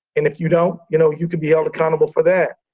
and if you don't, you know, you could be held accountable for that.